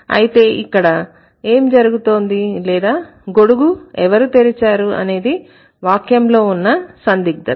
అయితే ఇక్కడ ఏం జరుగుతోంది లేదా గొడుగు ఎవరు తెరిచారు అనేది వాక్యంలో ఉన్న సందిగ్దత